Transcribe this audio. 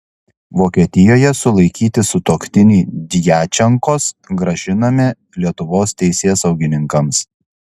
vokietijoje sulaikyti sutuoktiniai djačenkos grąžinami lietuvos teisėsaugininkams